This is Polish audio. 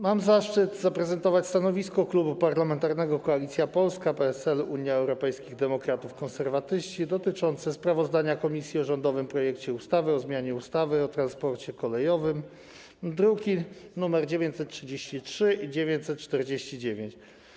Mam zaszczyt zaprezentować stanowisko Klubu Parlamentarnego Koalicja Polska - PSL, Unia Europejskich Demokratów, Konserwatyści dotyczące sprawozdania komisji o rządowym projekcie ustawy o zmianie ustawy o transporcie kolejowym, druki nr 933 i 949.